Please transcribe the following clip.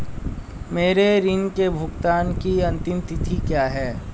मेरे ऋण के भुगतान की अंतिम तिथि क्या है?